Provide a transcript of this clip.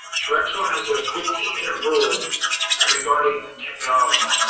drexel has a fifteen minute rule regarding technology.